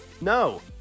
no